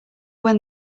when